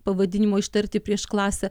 pavadinimo ištarti prieš klasę